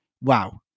wow